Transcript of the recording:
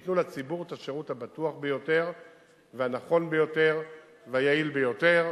שייתנו לציבור את השירות הבטוח ביותר והנכון ביותר והיעיל ביותר.